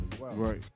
Right